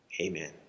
Amen